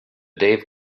dave